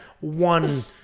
one